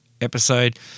episode